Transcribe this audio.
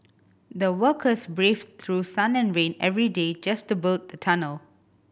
the workers braved through sun and rain every day just to build the tunnel